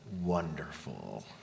Wonderful